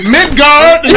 Midgard